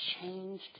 changed